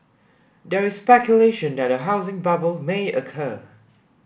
there is speculation that a housing bubble may occur